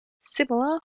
similar